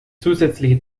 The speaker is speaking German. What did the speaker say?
zusätzliche